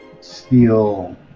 steel